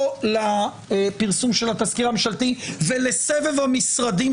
או לפרסום התזכיר הממשלתי ולסבב המשרדים